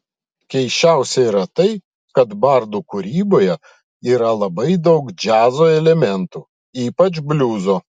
keisčiausia yra tai kad bardų kūryboje yra labai daug džiazo elementų ypač bliuzo